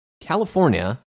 California